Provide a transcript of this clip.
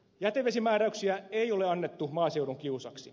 jätevesimääräyksiä ei ole annettu maaseudun kiusaksi